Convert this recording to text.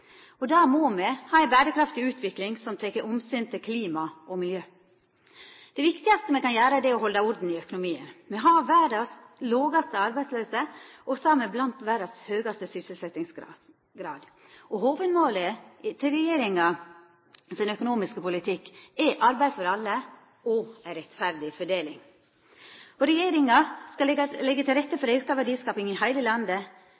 barnebarn. Da må me ha ei berekraftig utvikling som tek omsyn til klima og miljø. Det viktigaste me kan gjera, er å halda orden i økonomien. Me har verdas lågaste arbeidsløyse, og me har blant verdas høgaste sysselsettingsgrader. Hovudmålet for denne regjeringa sin økonomiske politikk er arbeid for alle og ei rettferdig fordeling. Regjeringa skal leggja til rette for auka verdiskaping i heile landet